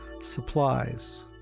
supplies